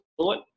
thought